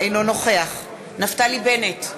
אינו נוכח נפתלי בנט,